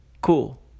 Cool